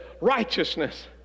righteousness